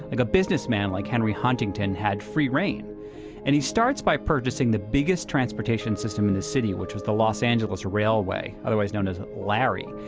like a businessman like henry huntington had free reign and he starts by purchasing the biggest transportation system in the city, which was the los angeles railway, otherwise known as larry.